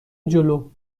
جلو